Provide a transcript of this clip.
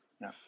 no